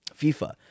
FIFA